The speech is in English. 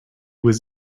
was